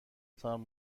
تان